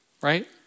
right